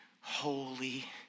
holy